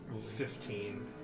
fifteen